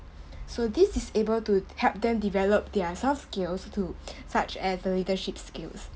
so this is able to help them develop their soft skills too such as the leadership skills